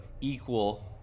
equal